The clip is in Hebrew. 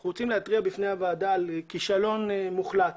אנחנו רוצים להתריע בפני הוועדה על כישלון מוחלט